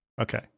Okay